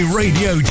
radio